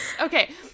okay